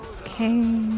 Okay